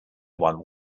one